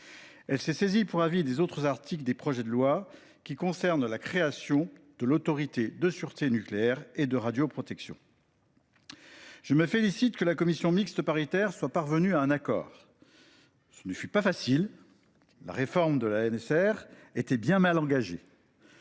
Elle s’est saisie pour avis des autres articles de ces projets de loi concernant la création de l’Autorité de sûreté nucléaire et de radioprotection. Je me félicite que la commission mixte paritaire soit parvenue à un accord. Ce ne fut pas facile, car la réforme était bien mal engagée.